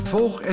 Volg